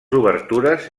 obertures